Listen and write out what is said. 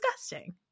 disgusting